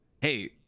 hey